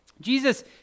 Jesus